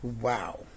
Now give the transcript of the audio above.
Wow